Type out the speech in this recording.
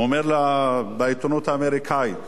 הוא אומר בעיתונות האמריקנית,